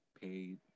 paid